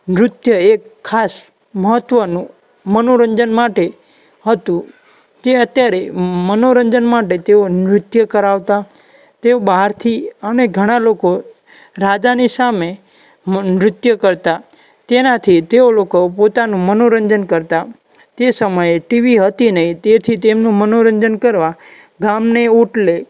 નૃત્ય એક ખાસ મહત્ત્વનું મનોરંજન માટે હતું તે અત્યારે મનોરંજન માટે તેઓ નૃત્ય કરાવતા તેઓ બહારથી અને ઘણા લોકો રાજાને સામે નૃત્ય કરતા તેનાથી તેઓ લોકો પોતાનું મનોરંજન કરતા તે સમયે ટીવી હતી નહીં તેથી તેમનું મનોરંજન કરવા ગામને ઓટલે